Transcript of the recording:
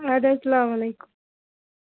اَدٕ حظ سلام علیکُم